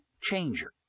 changer